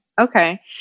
okay